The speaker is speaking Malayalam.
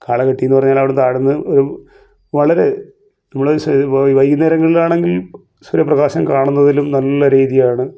കാളകെട്ടി എന്ന് പറഞ്ഞാൽ അവിടുന്ന് താഴന്ന് വളരെ നമ്മള് സ് വൈകുന്നേരങ്ങളിൽ ആണെങ്കിൽ സൂര്യപ്രകാശം കാണുന്നതിലും നല്ല രീതിയാണ്